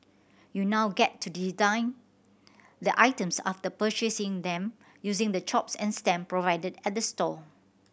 you now get to design the items after purchasing them using the chops and stamp provided at the store